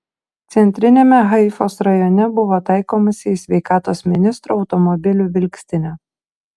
centriniame haifos rajone buvo taikomasi į sveikatos ministro automobilių vilkstinę